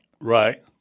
Right